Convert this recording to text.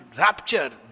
rapture